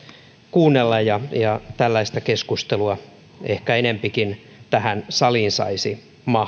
kuunnella ja tällaista keskustelua ehkä enempikin tähän saliin saisi mahtua